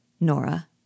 Nora